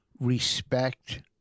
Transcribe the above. respect